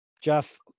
Jeff